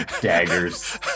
daggers